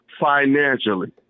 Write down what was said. financially